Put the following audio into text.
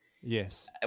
Yes